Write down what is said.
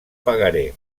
pagaré